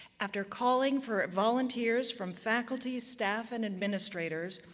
after calling for volunteers from faculty, staff, and administrators,